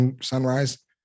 Sunrise